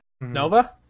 Nova